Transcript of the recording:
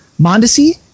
Mondesi